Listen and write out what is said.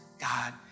God